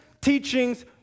teachings